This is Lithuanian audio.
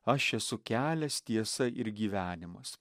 aš esu kelias tiesa ir gyvenimas